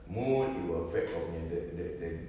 mood it will affect kau punya the the the